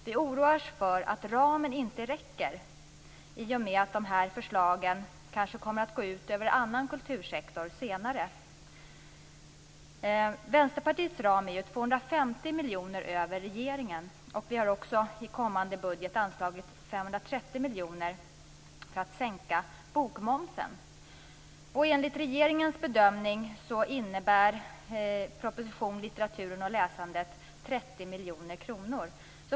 Vi oroar oss för att ramen inte räcker i och med att de här förslagen kanske kommer att gå ut över annan kultursektor senare. Vänsterpartiets ram är ju 250 miljoner större än regeringens, och vi har också i kommande budget anslagit 530 miljoner för att sänka bokmomsen. Enligt regeringens bedömning innebär förslagen i propositionen Litteraturen och läsandet 30 miljoner kronor.